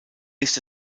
ist